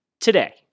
today